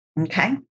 okay